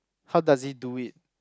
how does he do it